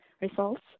results